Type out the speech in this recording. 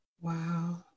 Wow